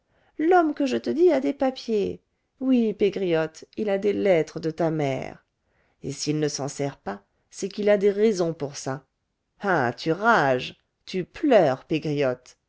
l'homme que je te dis a des papiers oui pégriotte il a des lettres de ta mère et s'il ne s'en sert pas c'est qu'il a des raisons pour ça hein tu rages tu pleures pégriotte